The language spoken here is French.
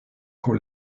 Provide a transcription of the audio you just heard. qu’on